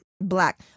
black